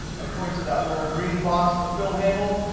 i point to that little green box, the fill handle.